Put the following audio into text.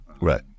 Right